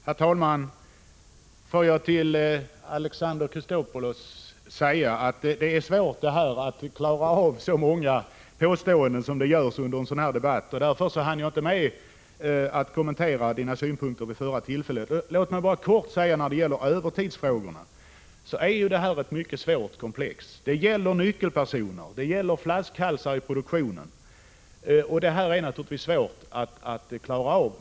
Herr talman! Till Alexander Chrisopoulos vill jag säga att det är svårt att under en sådan här debatt hinna bemöta så många påståenden som görs. Därför hann jag inte med att kommentera hans synpunkter i mitt förra inlägg. Kortfattat: Övertidsfrågorna är ett mycket svårt komplex. Det är här fråga om nyckelpersoner och flaskhalsar i produktionen, vilket är svårt att klara av.